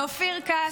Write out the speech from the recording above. תודה לאופיר כץ,